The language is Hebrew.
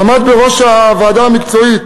עמד בראש הוועדה המקצועית